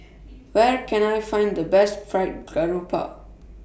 Where Can I Find The Best Fried Garoupa